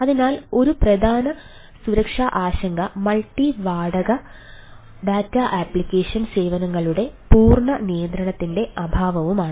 അതിനാൽ ഒരു പ്രധാന സുരക്ഷാ ആശങ്ക മൾട്ടി സേവനങ്ങളുടെ പൂർണ്ണ നിയന്ത്രണത്തിന്റെ അഭാവവുമാണ്